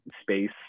space